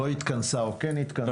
נאמר שהוועדה לא התכנסה או כן התכנסה.